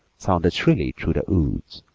sounded shrilly through the woods.